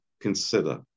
consider